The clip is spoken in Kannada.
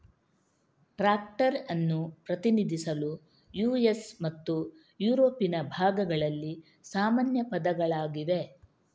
ಟ್ರಾಕ್ಟರ್ ಅನ್ನು ಪ್ರತಿನಿಧಿಸಲು ಯು.ಎಸ್ ಮತ್ತು ಯುರೋಪಿನ ಭಾಗಗಳಲ್ಲಿ ಸಾಮಾನ್ಯ ಪದಗಳಾಗಿವೆ